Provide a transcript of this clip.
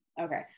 okay